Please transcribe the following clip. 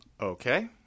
Okay